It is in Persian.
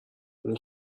اون